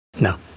No